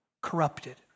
corrupted